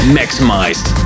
maximized